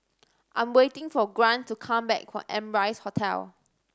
I'm waiting for Grant to come back from Amrise Hotel